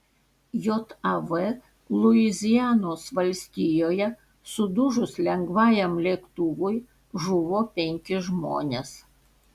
jav luizianos valstijoje sudužus lengvajam lėktuvui žuvo penki žmonės